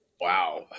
Wow